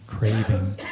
Craving